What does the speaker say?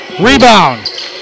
Rebound